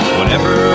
Whenever